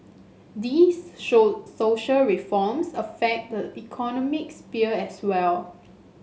these so social reforms affect the economic sphere as well